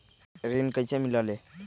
ऋण कईसे मिलल ले?